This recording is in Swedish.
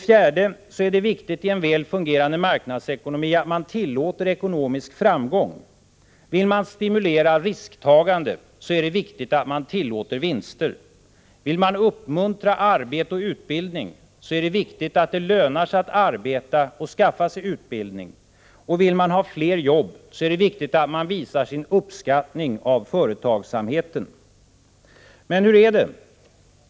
4. I en väl fungerande marknadsekonomi är det viktigt att man tillåter ekonomisk framgång. Vill man stimulera risktagande, så är det viktigt att man tillåter vinster. Vill man uppmuntra arbete och utbildning är det viktigt att det lönar sig att arbeta och skaffa sig utbildning. Och vill man ha fler jobb är det viktigt att man visar sin uppskattning av företagsamheten. Men hur är det?